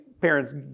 parents